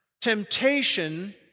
Temptation